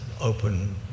open